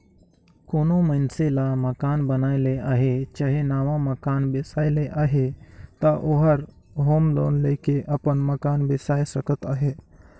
कोनो मइनसे ल मकान बनाए ले अहे चहे नावा मकान बेसाए ले अहे ता ओहर होम लोन लेके अपन मकान बेसाए सकत अहे